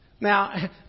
Now